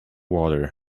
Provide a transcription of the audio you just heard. water